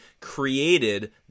created